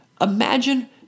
Imagine